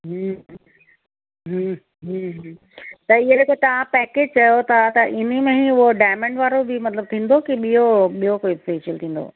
हम्म हम्म त हींअर जेके तव्हां पैकेज चयो था त हिन में उहो डायमंड वारो बि मतलबु थींदो कि ॿियों ॿियों कोई फ़ेशियल थींदो